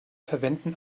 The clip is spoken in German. verwenden